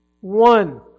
one